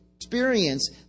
Experience